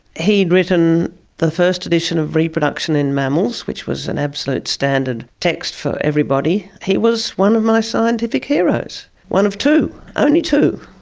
he'd written the first edition of reproduction in mammals, which was an absolute standard text for everybody. he was one of my scientific heroes, one of two, only two.